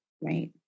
Right